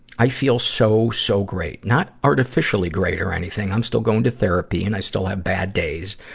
i feel so, so great. not artificially great or anything i'm still going to therapy and i still have bad days,